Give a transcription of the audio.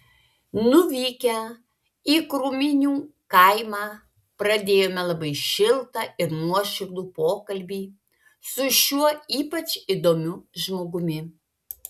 nuvykę į krūminių kaimą pradėjome labai šiltą ir nuoširdų pokalbį su šiuo ypač įdomiu žmogumi